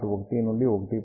1 నుండి 1